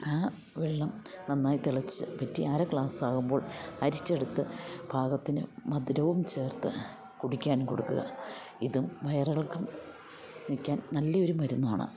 ആ വെള്ളം നന്നായി തിളച്ച് വറ്റി അര ഗ്ലാസ്സാകുമ്പോൾ അരിച്ചെടുത്ത് പാകത്തിന് മധുരവും ചേർത്ത് കുടിക്കാൻ കൊടുക്കുക ഇതും വയർ ഇളക്കം നിൽക്കാൻ നല്ല ഒരു മരുന്നാണ്